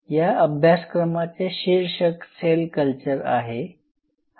या अभ्यासक्रमाचे शीर्षक सेल कल्चर आहे